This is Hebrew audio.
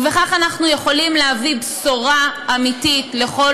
ובכך אנחנו יכולים להביא בשורה אמיתית לכל